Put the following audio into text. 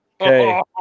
Okay